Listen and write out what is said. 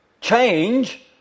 change